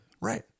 Right